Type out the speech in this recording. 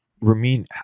Ramin